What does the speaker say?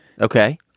Okay